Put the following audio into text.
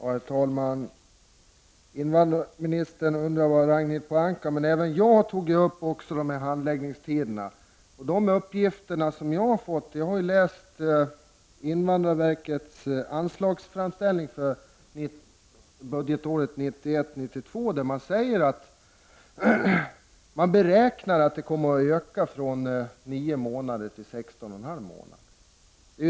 Herr talman! Invandrarministern frågade på vad Ragnhild Pohanka stöder sitt påstående att väntetiderna inte minskar. Även jag tog upp frågan om handläggningstiderna. Jag har hämtat mina uppgifter ur invandrarverkets anslagsframställning för budgetåret 1991/92. Invandrarverket beräknar där att handläggningstiderna kommer att öka från 9 till 16,5 månader.